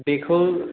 बेखौ